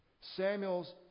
Samuel's